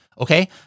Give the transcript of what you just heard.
Okay